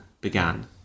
began